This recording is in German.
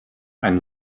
ein